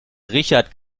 richard